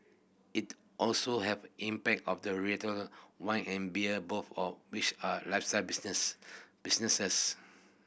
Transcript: it also have impact of the retail wine and beer both of which are lifestyle business businesses